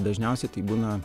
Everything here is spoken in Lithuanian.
dažniausiai tai būna